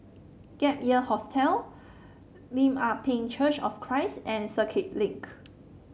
Gap Year Hostel Lim Ah Pin Church of Christ and Circuit Link